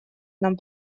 нам